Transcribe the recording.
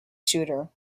shooter